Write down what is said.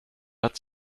att